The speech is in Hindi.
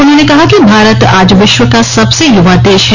उन्होंने कहा कि भारत आज विश्व का सबसे युवा देश है